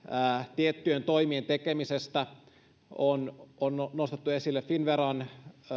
tiettyjen toimien tekemisestä on nostettu esille finnveran